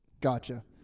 Gotcha